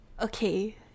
Okay